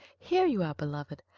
here you are, beloved!